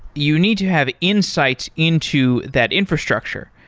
you need to have insights into that infrastructure.